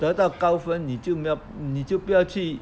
得到高分你就你就不要去